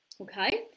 Okay